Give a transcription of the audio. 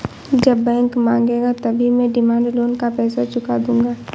जब बैंक मांगेगा तभी मैं डिमांड लोन का पैसा चुका दूंगा